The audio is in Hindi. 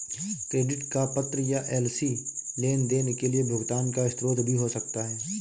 क्रेडिट का पत्र या एल.सी लेनदेन के लिए भुगतान का स्रोत भी हो सकता है